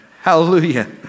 Hallelujah